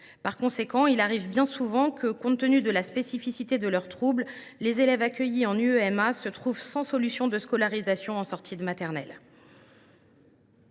Par conséquent, il arrive bien souvent que, compte tenu de la spécificité de leur trouble, les élèves accueillis en UEMA se trouvent sans solution de scolarisation en sortie de maternelle.